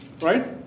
Right